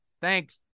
thanks